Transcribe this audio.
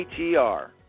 ATR